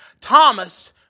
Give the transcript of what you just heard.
Thomas